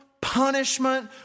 punishment